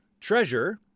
treasure